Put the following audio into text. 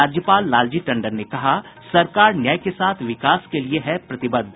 राज्यपाल लालजी टंडन ने कहा सरकार न्याय के साथ विकास के लिए है प्रतिबद्ध